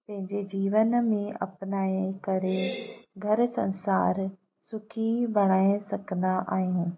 पंहिंजे जीवन में अपनाए करे घर संसार सुखी बणाए सघंदा आहियूं